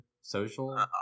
social